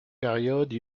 période